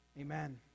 Amen